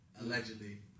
allegedly